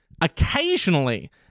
occasionally